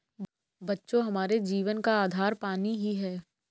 बच्चों हमारे जीवन का आधार ही पानी हैं